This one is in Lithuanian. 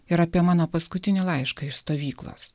ir apie mano paskutinį laišką iš stovyklos